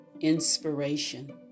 Inspiration